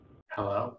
Hello